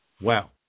Wow